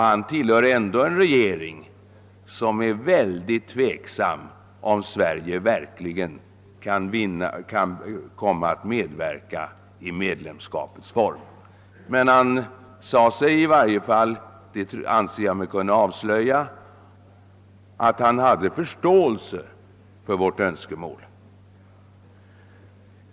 Han tillhör ändå en regering som är mycket tveksam, huruvida Sverige verkligen kan komma att medverka i EEC såsom medlem, men jag anser mig kunna avslöja att han hade förståelse för vårt önskemål.